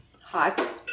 hot